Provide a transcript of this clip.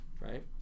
right